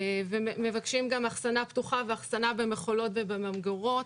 מבקשים גם אחסנה פתוחה ואחסנה במכולות ובממגרות,